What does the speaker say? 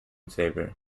saver